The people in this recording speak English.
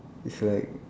its like